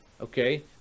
Okay